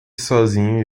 sozinho